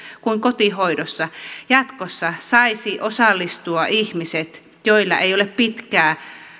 kuin kotihoidossa jatkossa saisivat osallistua ihmiset joilla ei ole pitkää